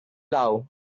love